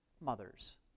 mothers